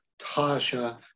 Tasha